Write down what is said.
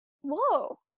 Whoa